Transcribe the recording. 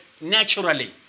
naturally